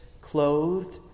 Clothed